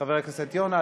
חבר הכנסת יונה,